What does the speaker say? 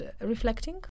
reflecting